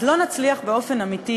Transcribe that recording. אז לא נצליח באופן אמיתי,